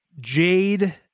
Jade